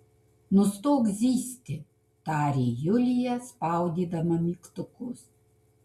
nustok zyzti tarė julija spaudydama mygtukus